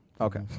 Okay